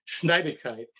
schneidigkeit